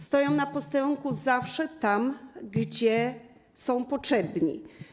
Stoją na posterunku zawsze tam, gdzie są potrzebne.